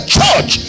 church